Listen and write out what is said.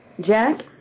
Jack